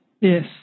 Yes